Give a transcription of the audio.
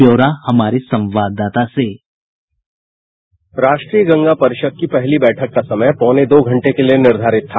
ब्यौरा हमारे संवाददाता से बाईट राष्ट्रीय गंगा परिषद की पहली बैठक का समय पौने दो घंटे के लिए निर्धारित था